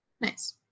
Nice